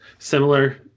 Similar